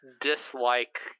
dislike